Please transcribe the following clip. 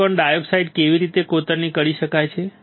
silicon dioxide કેવી રીતે કોતરણી કરી શકાય છે